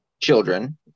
children